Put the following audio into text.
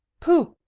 pooh!